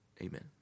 Amen